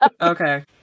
Okay